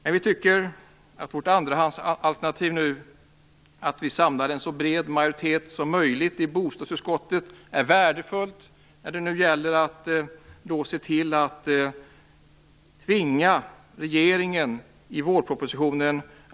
Men vi tycker att vårt andrahandsalternativ att samla en så bred majoritet som möjligt i bostadsutskottet är värdefullt när det gäller att tvinga regeringen att föreslå förändringar i vårpropositionen.